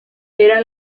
era